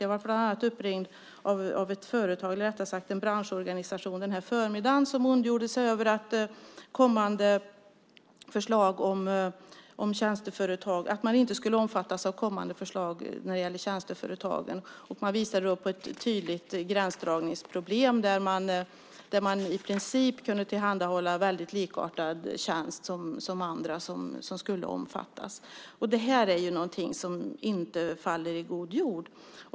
Jag blev bland annat uppringd av en branschorganisation i förmiddags. Man ondgjorde sig över att man inte skulle omfattas av kommande förslag om tjänsteföretag. Man visade på ett tydligt gränsdragningsproblem där man i princip kunde tillhandahålla en likartad tjänst som andra som skulle omfattas. Detta faller inte i god jord.